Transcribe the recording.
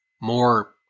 more